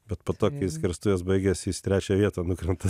bet po to kai skerstuvės baigiasi jis į trečią vietą nukrenta